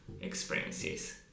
experiences